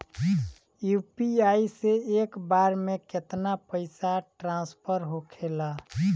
UPI से एक बार मे केतना पैसा ट्रस्फर होखे ला?